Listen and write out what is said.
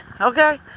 Okay